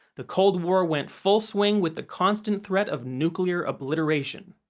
the cold war went full swing with the constant threat of nuclear obliteration.